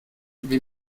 wie